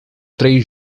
três